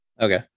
Okay